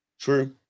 true